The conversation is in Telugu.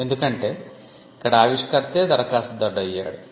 ఎందుకంటే ఇక్కడ ఆవిష్కర్తే దరఖాస్తుదారుడు అయ్యాడు